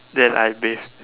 then I bathe